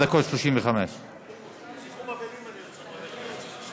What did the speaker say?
4:35. לניחום אבלים אני רוצה ללכת.